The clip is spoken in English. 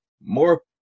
more